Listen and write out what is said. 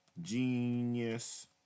Genius